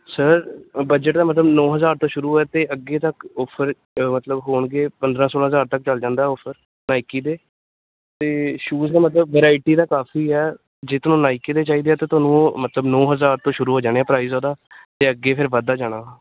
sir budget ਤਾਂ ਮਤਲਬ ਨੌ ਹਜ਼ਾਰ ਤੋਂ ਸ਼ੁਰੂ ਹੈ ਅਤੇ ਅੱਗੇ ਤੱਕ ਔਫਰ ਮਤਲਬ ਹੋਣਗੇ ਪੰਦਰਾਂ ਸੋਲਾਂ ਹਜ਼ਾਰ ਤੱਕ ਚੱਲ ਜਾਂਦਾ ਔਫਰ ਨਾਇਕੀ ਦੇ ਤਾਂ ਸ਼ੂਜ ਦਾ ਮਤਲਬ ਵਰਾਇਟੀ ਤਾਂ ਕਾਫ਼ੀ ਹੈ ਜੇ ਤੁਹਾਨੂੰ ਨਾਈਕੀ ਦੇ ਚਾਹੀਦੇ ਹੈ ਤਾਂ ਤੁਹਾਨੂੰ ਉਹ ਮਤਲਬ ਨੌ ਹਜ਼ਾਰ ਤੋਂ ਸ਼ੁਰੂ ਹੋ ਜਾਣੇ ਪ੍ਰਾਈਜ ਉਹਦਾ ਅਤੇ ਅੱਗੇ ਫਿਰ ਵੱਧਦਾ ਜਾਣਾ